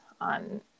on